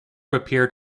appeared